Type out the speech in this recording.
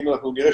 אין להם הכנסות.